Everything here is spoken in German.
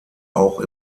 auch